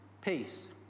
peace